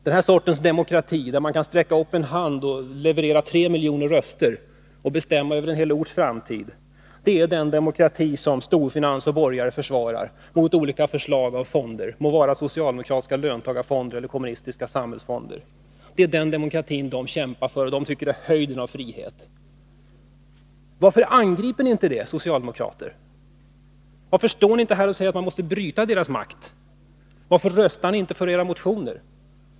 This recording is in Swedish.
Denna sorts demokrati, där man genom att sträcka upp en hand kan leverera tre miljoner röster och bestämma över en hel orts framtid, försvarar storfinans och borgare mot olika förslag av fonder — det må vara socialdemokratiska löntagarfonder eller kommunistiska samhällsfonder. Det är denna demokrati som de kämpar för, och de tycker att detta är höjden av frihet. Varför angriper inte ni socialdemokrater detta? Varför står ni inte här och säger att vi måste bryta deras makt? Varför röstar ni inte på era motioner?